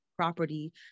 property